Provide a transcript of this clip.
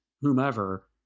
whomever